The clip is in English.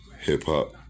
hip-hop